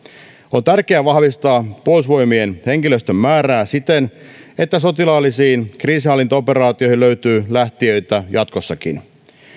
on tärkeää vahvistaa puolustusvoimien henkilöstön määrää siten että sotilaallisiin kriisinhallintaoperaatioihin löytyy lähtijöitä jatkossakin